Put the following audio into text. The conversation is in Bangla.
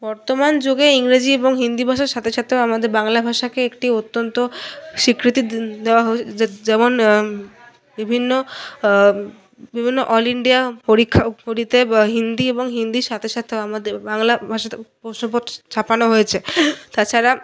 বর্তমান যুগে ইংরাজি এবং হিন্দি ভাষার সাথে সাথেও আমাদের বাংলাভাষাকে একটি অত্যন্ত স্বীকৃতি দ দেওয়া হয়ে য যেমন বিভিন্ন বিভিন্ন অল ইন্ডিয়া পরীক্ষাগুলিতে বা হিন্দি এবং হিন্দির সাথে সাথেও আমাদের বাংলাভাষাতে প্রশ্নপত্র ছাপানো হয়েছে তাছাড়া